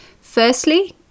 Firstly